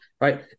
right